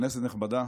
כנסת נכבדה,